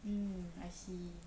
mm I see